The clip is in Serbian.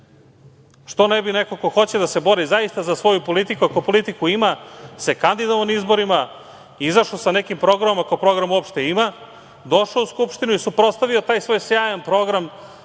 Što ne bi neko ko hoće da se bori zaista za svoju politiku, ako politiku ima, se kandidovao na izborima, izašao sa nekim programom ako program uopšte ima, došao u Skupštinu i suprotstavio taj sjajni program